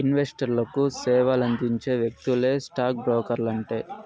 ఇన్వెస్టర్లకు సేవలందించే వ్యక్తులే స్టాక్ బ్రోకర్లంటే